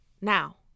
Now